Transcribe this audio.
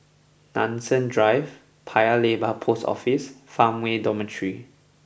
Nanson Drive Paya Lebar Post Office Farmway Dormitory